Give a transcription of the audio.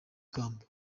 kamba